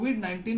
COVID-19